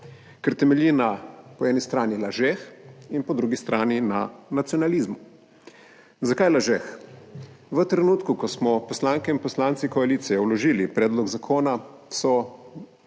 ker temelji po eni strani na lažeh in po drugi strani na nacionalizmu. Zakaj lažeh? V trenutku, ko smo poslanke in poslanci koalicije vložili predlog zakona, so